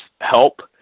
help